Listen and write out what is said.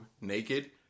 naked